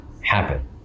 happen